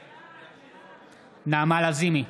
בעד נעמה לזימי,